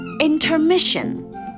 intermission